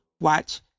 watch